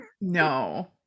No